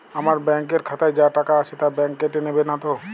আমার ব্যাঙ্ক এর খাতায় যা টাকা আছে তা বাংক কেটে নেবে নাতো?